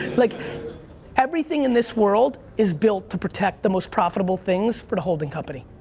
like everything in this world is built to protect the most profitable things for the holding company.